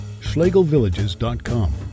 schlegelvillages.com